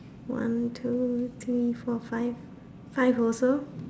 one two three four five five also